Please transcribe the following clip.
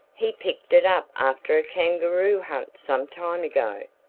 he picked it up after a kangaroo hunt some time ago.